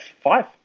five